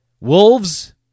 Wolves